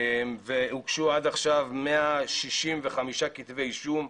והוגשו עד עכשיו 165 כתבי אישום,